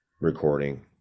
recording